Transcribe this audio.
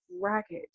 ragged